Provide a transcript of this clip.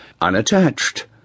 unattached